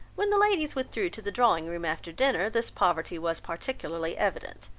when the ladies withdrew to the drawing-room after dinner, this poverty was particularly evident,